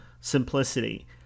simplicity